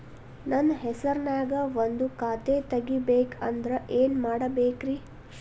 ನನ್ನ ಹೆಸರನ್ಯಾಗ ಒಂದು ಖಾತೆ ತೆಗಿಬೇಕ ಅಂದ್ರ ಏನ್ ಮಾಡಬೇಕ್ರಿ?